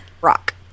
rock